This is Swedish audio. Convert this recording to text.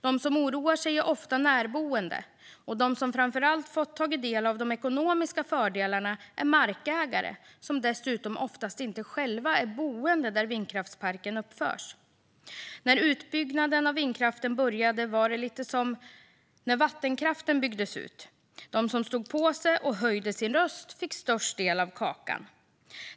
De som oroar sig är ofta närboende, och de som framför allt fått ta del av de ekonomiska fördelarna är markägare, som oftast inte själva är boende där vindkraftparken uppförs. När utbygganden av vindkraften började var det lite som när vattenkraften byggdes ut; de som stod på sig och höjde sin röst fick störst del av kakan.